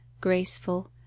graceful